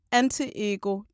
anti-ego